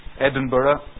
Edinburgh